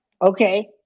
Okay